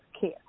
care